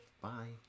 bye